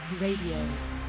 Radio